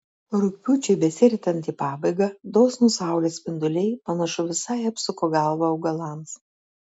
rugpjūčiui besiritant į pabaigą dosnūs saulės spinduliai panašu visai apsuko galvą augalams